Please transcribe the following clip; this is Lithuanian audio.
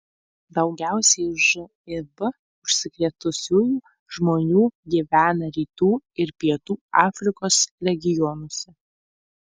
daugiausiai živ užsikrėtusiųjų žmonių gyvena rytų ir pietų afrikos regionuose